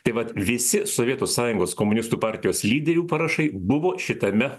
tai vat visi sovietų sąjungos komunistų partijos lyderių parašai buvo šitame